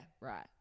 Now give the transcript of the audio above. right